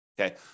Okay